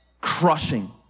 crushing